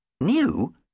New